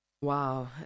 Wow